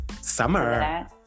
summer